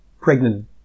pregnant